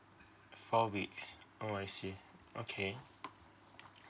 four weeks oh I see okay